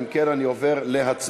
אם כן, אני עובר להצבעה